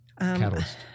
catalyst